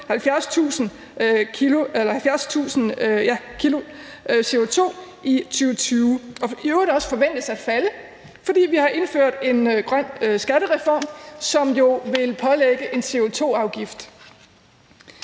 70.000 kg CO2 i 2020. Det forventes i øvrigt også at falde, fordi vi har indført en grøn skattereform, som jo vil pålægge en CO2-afgift.